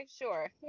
sure